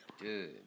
Good